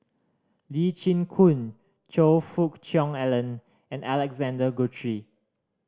Lee Chin Koon Choe Fook Cheong Alan and Alexander Guthrie